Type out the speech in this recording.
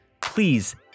please